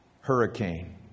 hurricane